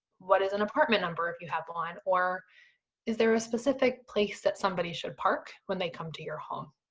what is an apartment number if you have one, or is there a specific place that somebody should park when they come to your home.